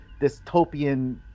dystopian